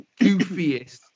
goofiest